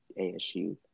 ASU